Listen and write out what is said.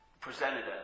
presented